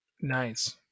Nice